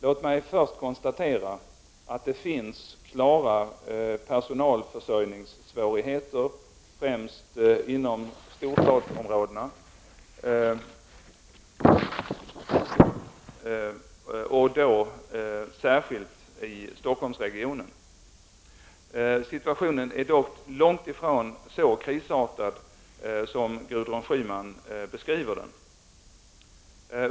Låt mig först konstatera att det finns klara personalförsörjningssvårigheter, främst inom storstadsområdena, och då särskilt i Stockholmsregionen. Situationen är dock långt ifrån så krisartad som Gudrun Schyman beskriver den.